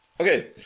okay